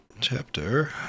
chapter